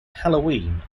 halloween